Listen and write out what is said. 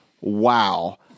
Wow